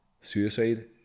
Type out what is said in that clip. suicide